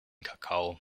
kakao